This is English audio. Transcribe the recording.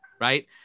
right